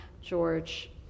George